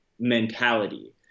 mentality